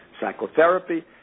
Psychotherapy